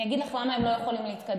אני אגיד לך למה הם לא יכולים להתקדם,